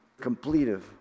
completive